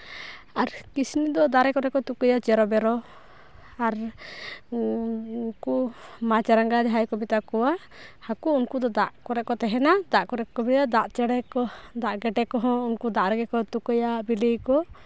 ᱟᱨ ᱠᱤᱥᱱᱤ ᱫᱚ ᱫᱟᱨᱮ ᱠᱚᱨᱮ ᱠᱚ ᱛᱩᱠᱟᱹᱭᱟ ᱪᱮᱨᱚ ᱵᱮᱨᱚ ᱟᱨ ᱩᱱᱠᱩ ᱢᱟᱪᱷ ᱨᱟᱝᱜᱟ ᱡᱟᱦᱟᱸᱭ ᱠᱚ ᱢᱮᱛᱟ ᱠᱚᱣᱟ ᱦᱟᱹᱠᱩ ᱩᱱᱠᱩ ᱫᱚ ᱫᱟᱜ ᱠᱚᱨᱮ ᱠᱚ ᱛᱟᱦᱮᱱᱟ ᱫᱟᱜ ᱠᱚᱨᱮ ᱠᱚ ᱧᱩᱭᱟ ᱫᱟᱜ ᱪᱮᱬᱮ ᱠᱚ ᱫᱟᱜ ᱜᱮᱰᱮ ᱠᱚᱦᱚᱸ ᱩᱱᱠᱩ ᱫᱟᱜ ᱨᱮᱜᱮ ᱠᱚ ᱛᱩᱠᱟᱹᱭᱟ ᱵᱤᱞᱤᱭᱟᱠᱚ